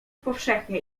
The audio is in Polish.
powszechnie